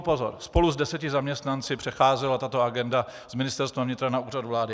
Pozor spolu s deseti zaměstnanci přecházela tato agenda z Ministerstva vnitra na Úřad vlády.